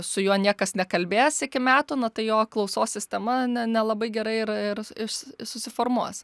su juo niekas nekalbės iki metų na tai jo klausos sistema ne nelabai gerai ir ir iš susiformuos